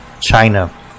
China